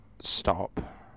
stop